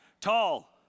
Tall